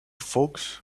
fox